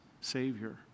Savior